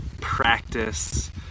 practice